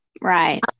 Right